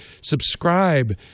subscribe